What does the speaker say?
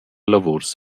lavuors